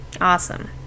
awesome